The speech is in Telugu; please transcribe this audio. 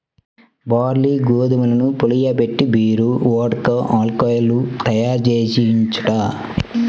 బార్లీ, గోధుమల్ని పులియబెట్టి బీరు, వోడ్కా, ఆల్కహాలు తయ్యారుజెయ్యొచ్చంట